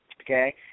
Okay